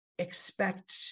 expect